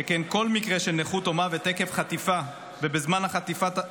שכן כל מקרה של נכות או מוות עקב חטיפה ובזמן החטיפה